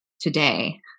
today